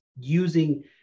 using